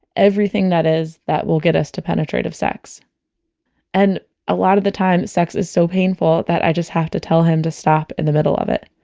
everything that is, that will get us to penetrative sex and a lot of the time, sex is so painful that i just have to tell him to stop in the middle of it.